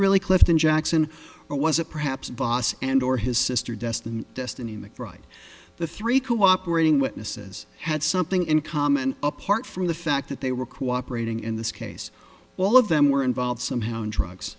really clifton jackson or was it perhaps boss and or his sister destiny in the mcbride the three cooperating witnesses had something in common apart from the fact that they were cooperating in this case all of them were involved somehow in drugs